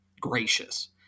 gracious